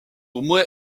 moins